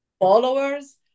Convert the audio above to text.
followers